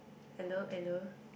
hello hello